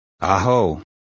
Aho